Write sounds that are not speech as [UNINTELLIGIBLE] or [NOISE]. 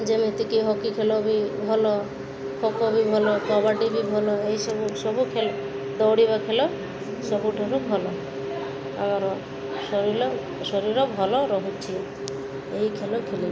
ଯେମିତିକି ହକି ଖେଳ ବି ଭଲ ଖୋ ଖୋ ବି ଭଲ କବାଡ଼ି ବି ଭଲ ଏହିସବୁ ସବୁ ଦୌଡ଼ିବା ଖେଳ ସବୁଠାରୁ ଭଲ ଆମର ଶରୀର ଶରୀର ଭଲ ରହୁଛି ଏହି ଖେଳ [UNINTELLIGIBLE]